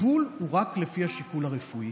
הטיפול הוא רק לפי השיקול הרפואי.